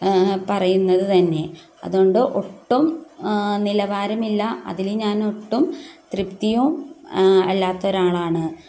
പറയുന്നതുതന്നെ അതുകൊണ്ട് ഒട്ടും നിലവാരമില്ല അതിൽ ഞാൻ ഒട്ടും തൃപ്തിയും അല്ലാത്തൊരാളാണ്